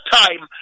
time